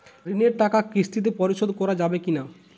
ঋণের টাকা কিস্তিতে পরিশোধ করা যাবে কি না?